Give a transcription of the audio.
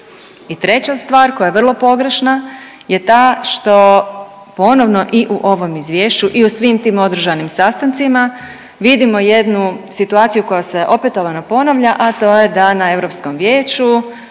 I treća stvar koja je vrlo pogrešna je ta što ponovno i u ovom Izvješću i u svim tim održanim sastancima vidimo jednu situaciju koja se opetovano ponavlja, a to je da na Europskom vijeću